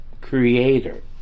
creator